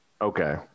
Okay